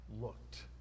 looked